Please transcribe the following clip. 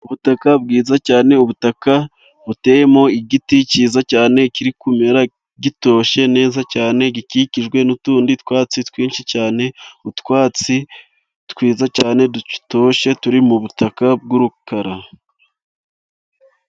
Ubutaka bwiza cyane. Ubutaka buteyemo igiti cyiza cyane kiri kumera gitoshye neza cyane, gikikijwe n'utundi twatsi twinshi cyane. Utwatsi twiza cyane dutoshye turi mu butaka bw'urukara.